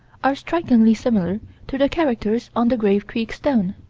are strikingly similar to the characters on the grave creek stone.